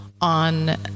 on